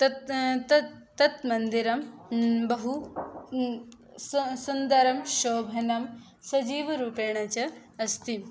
तत् तत् तत् मन्दिरं बहु सुन्दरं शोभनं सजीवरूपेण च अस्ति